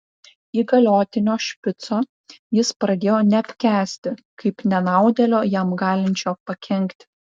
įgaliotinio špico jis pradėjo neapkęsti kaip nenaudėlio jam galinčio pakenkti